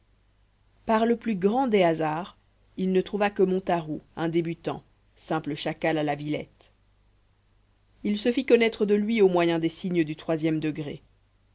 par le plus grand des hasards il ne trouva que montaroux un débutant simple chacal à la villette il se fit connaître de lui au moyen des signes du troisième degré